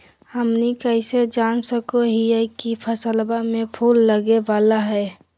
हमनी कइसे जान सको हीयइ की फसलबा में फूल लगे वाला हइ?